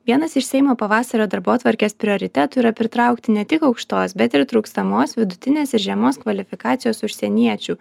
vienas iš seimo pavasario darbotvarkės prioritetų yra pritraukti ne tik aukštos bet ir trūkstamos vidutinės ir žemos kvalifikacijos užsieniečių